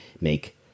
make